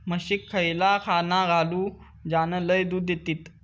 म्हशीक खयला खाणा घालू ज्याना लय दूध देतीत?